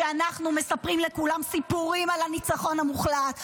שאנחנו מספרים לכולם סיפורים על הניצחון המוחלט,